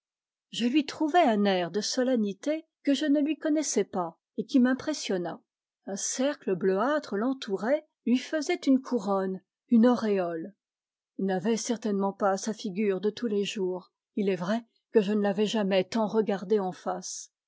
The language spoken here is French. je lui trouvai un air de solennité que je ne lui connaissais pas et qui m'impressionna un cercle bleuâtre l'entourait lui faisait une couronne une auréole il n'avait certainement pas sa figure de tous les jours il est vrai que je ne l avais jamais tant regardé en face